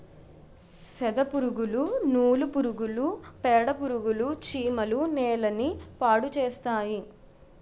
సెదపురుగులు నూలు పురుగులు పేడపురుగులు చీమలు నేలని పాడుచేస్తాయి